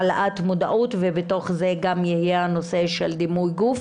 העלאת מודעות ובתוך זה יהיה גם הנושא של דימוי גוף,